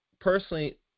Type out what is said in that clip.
personally